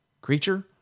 creature